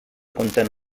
compten